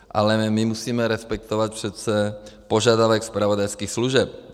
Ale my musíme respektovat přece požadavek zpravodajských služeb.